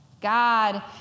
God